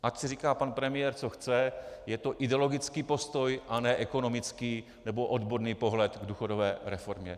Ať si říká pan premiér, co chce, je to ideologický postoj, a ne ekonomický nebo odborný pohled k důchodové reformě.